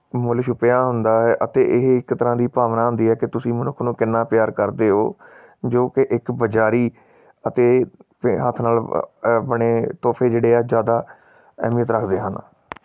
ਮੁੱਲ ਛੁਪਿਆ ਹੁੰਦਾ ਹੈ ਅਤੇ ਇਹ ਇੱਕ ਤਰ੍ਹਾਂ ਦੀ ਭਾਵਨਾ ਹੁੰਦੀ ਹੈ ਕਿ ਤੁਸੀਂ ਮਨੁੱਖ ਨੂੰ ਕਿੰਨਾ ਪਿਆਰ ਕਰਦੇ ਹੋ ਜੋ ਕਿ ਇੱਕ ਬਜ਼ਾਰੀ ਅਤੇ ਹੱਥ ਨਾਲ਼ ਬਣੇ ਤੋਹਫ਼ੇ ਜਿਹੜੇ ਆ ਜ਼ਿਆਦਾ ਅਹਿਮੀਅਤ ਰੱਖਦੇ ਹਨ